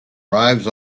arrives